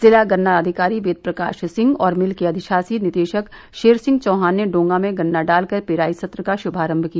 जिला गन्ना अधिकारी वेदप्रकाश सिंह और मिल के अधिशासी निदेशक शेर सिंह चौहान ने डॉगा में गन्ना डाल कर पेराई सत्र का शुभारम्भ किया